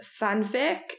fanfic